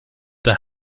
the